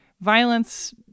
violence